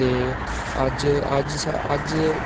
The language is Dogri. ते अज्ज अज्ज अज्ज